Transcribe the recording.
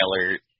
alert